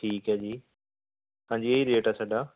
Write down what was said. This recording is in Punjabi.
ਠੀਕ ਹੈ ਜੀ ਹਾਂਜੀ ਏਹੀ ਰੇਟ ਹੈ ਸਾਡਾ